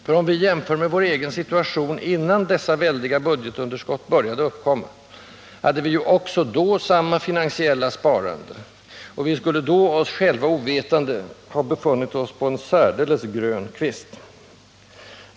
För om vi jämför med vår egen situation innan dessa väldiga budgetunderskott började uppkomma, hade vi ju också då samma finansiella sparande, och vi skulle då, oss själva ovetande, ha befunnit oss på en särdeles grön kvist.